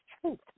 truth